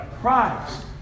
Christ